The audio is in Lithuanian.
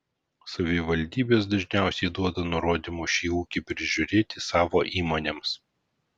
savivaldybės dažniausiai duoda nurodymų šį ūkį prižiūrėti savo įmonėms